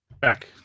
back